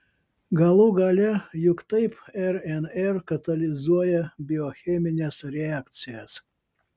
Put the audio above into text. galų gale juk taip rnr katalizuoja biochemines reakcijas